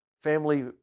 family